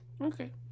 Okay